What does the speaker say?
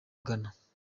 ghana